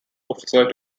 officer